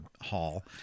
hall